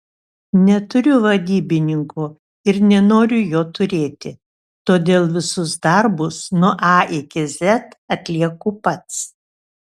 neturiu vadybininko ir nenoriu jo turėti todėl visus darbus nuo a iki z atlieku pats